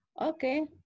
Okay